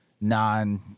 non